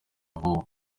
vuba